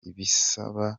ibisaba